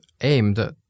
aimed